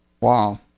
Wow